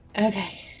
Okay